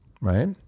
right